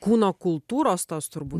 kūno kultūros tos turbū